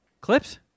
Clips